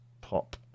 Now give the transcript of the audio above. pop